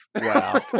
Wow